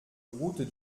route